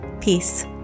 Peace